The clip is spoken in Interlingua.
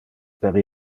per